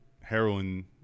heroin